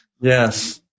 Yes